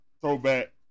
throwback